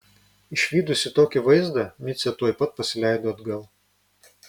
išvydusi tokį vaizdą micė tuoj pat pasileido atgal